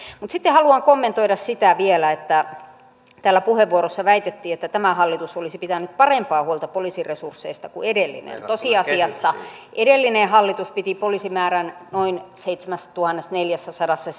sitten haluan kommentoida sitä vielä kun täällä puheenvuorossa väitettiin että tämä hallitus olisi pitänyt parempaa huolta poliisin resursseista kuin edellinen tosiasiassa edellinen hallitus piti poliisimäärän noin seitsemässätuhannessaneljässäsadassa